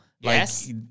Yes